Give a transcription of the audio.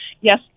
Yes